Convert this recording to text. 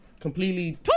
Completely